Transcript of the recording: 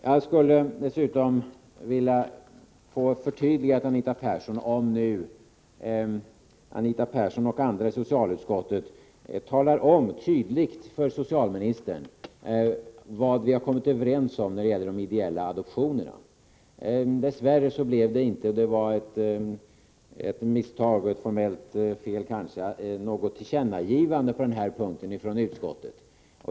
Jag skulle dessutom vilja få förtydligat, Anita Persson, om nu Anita Persson och andra i socialutskottet tydligt talar om för socialministern vad vi har kommit överens om när det gäller de ideella adoptionerna. Dess värre blev det inte — det var ett misstag, kanske ett formellt fel — något tillkännagivande på den här punkten från utskottet.